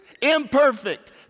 imperfect